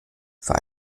für